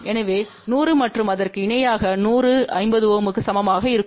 எனவே 100 மற்றும் அதற்கு இணையாக 100 50 Ω க்கு சமமாக இருக்கும்